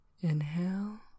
Inhale